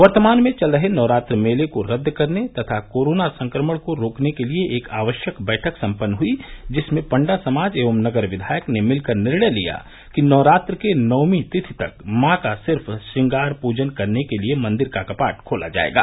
वर्तमान में चल रहे नवरात्र मेले को रद्द करने तथा कोरोना संक्रमण को रोकने के लिए एक आवश्यक बैठक संपन्न हुई जिसमें पंडा समाज एवं नगर विधायक ने मिलकर निर्णय लिया कि नवरात्र के नवमी तिथि तक मॉ का सिर्फ श्रंगार पूजन करने के लिए मंदेर का कपाट खोला जायेगा